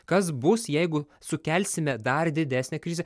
kas bus jeigu sukelsime dar didesnę krizę